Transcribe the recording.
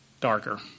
darker